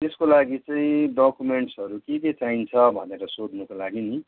त्यसको लागि चाहिँ डकुमेन्ट्सहरू के के चाहिन्छ भनेर सोध्नुको लागि नि